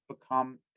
become